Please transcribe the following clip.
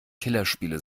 killerspiele